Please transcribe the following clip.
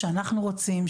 שאנחנו רוצים,